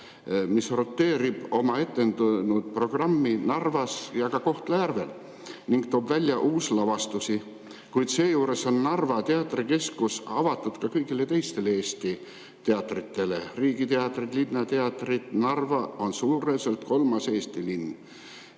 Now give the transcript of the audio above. mis roteerib oma etendunud programmi Narvas ja Kohtla-Järvel ning toob välja ka uuslavastusi. Seejuures on Narva teatrikeskus avatud ka kõigile teistele Eesti teatritele, olgu need riigiteatrid või linnateatrid. Narva on suuruselt kolmas Eesti linn,